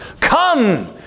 come